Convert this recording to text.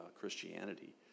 Christianity